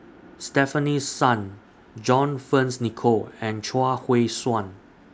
Stefanie Sun John Fearns Nicoll and Chuang Hui Tsuan